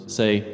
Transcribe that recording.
say